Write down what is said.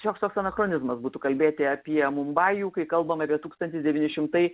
šioks toks anachronizmas būtų kalbėti apie mumbajų kai kalbam apie tūkstantis devyni šimtai